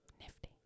Nifty